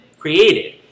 created